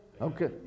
Okay